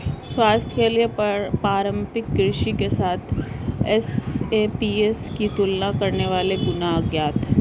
स्वास्थ्य के लिए पारंपरिक कृषि के साथ एसएपीएस की तुलना करने वाले गुण अज्ञात है